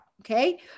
Okay